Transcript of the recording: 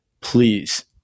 please